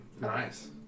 Nice